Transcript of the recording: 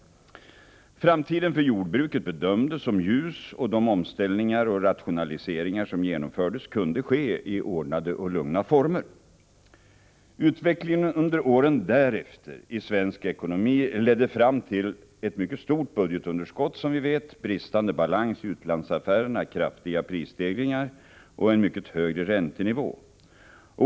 Framtiden för jordbruket bedömdes som ljus, och de omställningar och rationaliseringar som genomfördes kunde ske i ordnade och lugna former. Utvecklingen under åren därefter i svensk ekonomi ledde fram till ett mycket stort budgetunderskott, bristande balans i utlandsaffärerna, kraftiga prisstegringar och en mycket högre räntenivå.